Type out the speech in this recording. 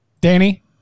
Danny